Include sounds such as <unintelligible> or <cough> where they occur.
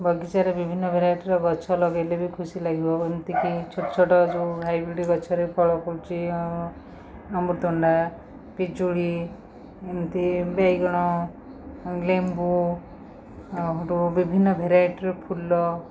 ବଗିଚାରେ ବିଭିନ୍ନ ଭେରାଇଟ୍ର ଗଛ ଲଗେଇଲେ ବି ଖୁସି ଲାଗିବ ଏମିତିକି ଛୋଟ ଛୋଟ ଯୋଉ ହାଇବ୍ରିଡ଼୍ ଗଛରେ ଫଳ ଫଳୁଛି ଅମୃତଭଣ୍ଡା ପିଜୁଳି ଏମିତି ବାଇଗଣ ଲେମ୍ବୁ <unintelligible> ବିଭିନ୍ନ ଭେରାଇଟ୍ର ଫୁଲ